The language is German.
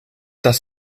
das